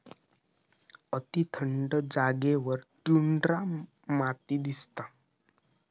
अती थंड जागेवर टुंड्रा माती दिसता